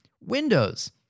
Windows